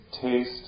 Taste